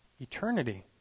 eternity